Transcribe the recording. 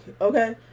okay